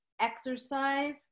exercise